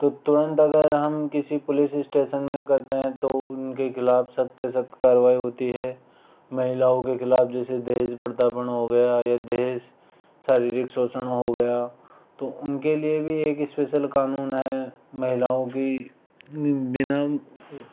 तो तुरंत अगर हम किसी पुलिस स्टेशन में कहते हैं तो उन के खिलाफ सख्त से सख्त कार्यवाई होती है महिलाओं के खिलाफ जैसे दहेज प्रताड़ना हो गया या दहेज शारीरिक शोषण हो गया तो उन के लिए भी एक स्पेशल कानून है महिलाओं की